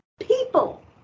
people